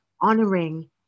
honoring